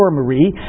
Marie